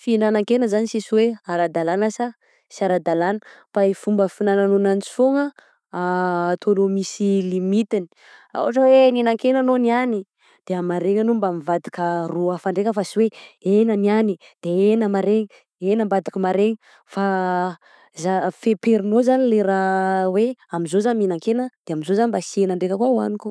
Fihinanan-kena izany sisy oe aradalagna sa sy aradalagna fa fomba fihignagna ananjy fôgna ataonao misy limitiny ohatra hoe, nihina-kena anao niany, de amaraina anao mivadika ro afa ndraika, fa sy oe, hena niany de hena amaraigna de hena ambadika maraigna, fa za- feperinao zany le raha hoe amin'izao zah mihina-kena de amin'izao zah mba sy hena ndraika koa hoaniko.